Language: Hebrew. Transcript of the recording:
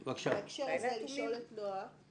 בהקשר הזה אני רוצה לשאול את נועה.